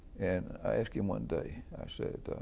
and i asked him one day, i said,